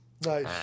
Nice